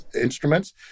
instruments